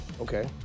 okay